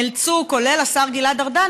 כולל השר גלעד ארדן,